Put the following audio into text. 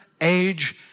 age